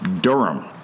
Durham